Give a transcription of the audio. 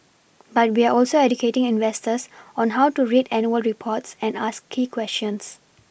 but we're also educating investors on how to read annual reports and ask key questions